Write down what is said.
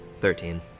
Thirteen